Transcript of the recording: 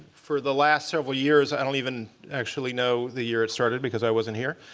for the last several years i don't even actually know the year it started, because i wasn't here